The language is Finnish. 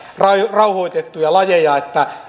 rauhoitettujen lajien osalta